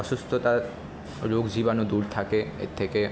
অসুস্থতা রোগ জীবাণু দূর থাকে এর থেকে